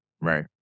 Right